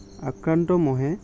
আক্ৰান্ত মহে